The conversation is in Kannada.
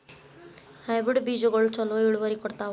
ಹೈಬ್ರಿಡ್ ಬೇಜಗೊಳು ಛಲೋ ಇಳುವರಿ ಕೊಡ್ತಾವ?